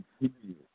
continue